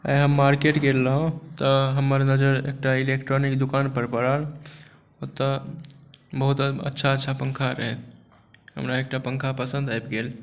आइ हम मार्केट गेल रहौँ तऽ हमर नजरि एकटा इलेक्ट्रॉनिक दोकानपर पड़ल ओतऽ बहुत अच्छा अच्छा पँखा रहै हमरा एकटा पँखा पसन्द आबि गेल